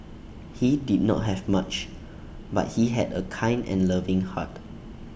he did not have much but he had A kind and loving heart